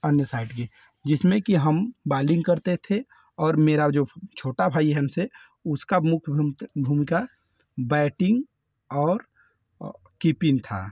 अन्य साइड की जिसमें कि हम बालिंग करते थे और मेरा जो छोटा भाई है हम से उसका मुख्य भूम भूमिका बैटिंग और ओ कीपिंग था